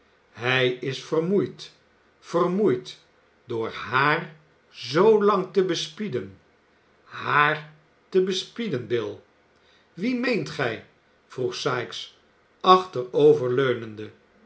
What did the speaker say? hij is vermoeid vermoeid door haar zoolang te bespieden haar te bespieden bill wie meent gij vroeg sikes